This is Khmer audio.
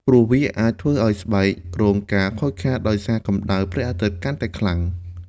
ព្រោះវាអាចធ្វើឲ្យស្បែករងការខូចខាតដោយសារកម្ដៅព្រះអាទិត្យកាន់តែខ្លាំង។